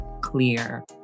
clear